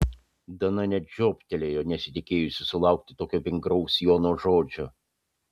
dana net žiobtelėjo nesitikėjusi sulaukti tokio vingraus jono žodžio